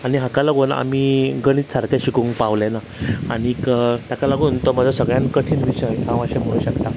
आनी हाका लागून आमी गणीत सारकें शिकूंक पावले ना आनीक ताका लागून तो म्हजो सगळ्यांत कठीण विशय हांव अशें म्हणू शकतां